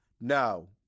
No